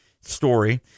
story